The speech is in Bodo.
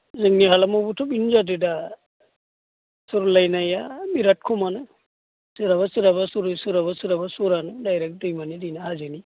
जोंनि हालामावबोथ' बिनो जादों दा सरलायनाया बिराथ खमानो सोरहाबा सोरहाबा सरो सोरहाबा सोरहाबा सरानो डायरेक्ट दैमानि दैना हाजोनि